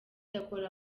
akora